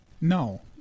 No